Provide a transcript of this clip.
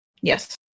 Yes